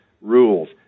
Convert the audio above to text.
rules